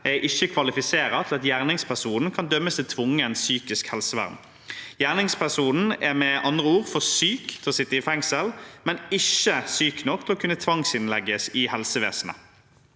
ikke kvalifiserer til at gjerningspersonen kan dømmes til tvungent psykisk helsevern. Gjerningspersonen er med andre ord for syk til å sitte i fengsel, men ikke syk nok til å kunne tvangsinnlegges i helsevesenet.